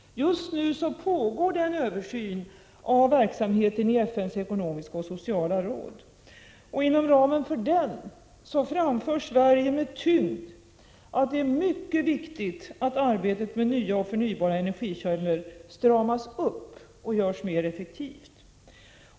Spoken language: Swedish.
Just nu pågår en översyn av verksamheten i FN:s ekonomiska och sociala råd. Inom ramen för denna översyn framför Sverige med tyngd att det är mycket viktigt att arbetet med nya och förnybara energikällor stramas upp och görs mer effektivt.